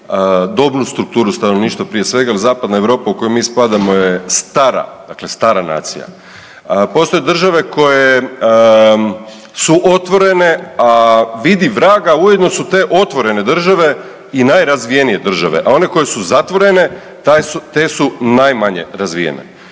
dobnu strukturu stanovništva. Prije svega zapadna Europa u koju mi spadamo je stara, dakle stara nacija. Postoje države koje su otvorene, a vidi vraga, ujedno su te otvorene države i najrazvijenije države, a one koje su zatvorene te su najmanje razvijene.